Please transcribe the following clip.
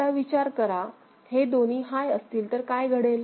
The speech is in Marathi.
आता विचार करा हे दोन्ही हाय असतील तर काय घडेल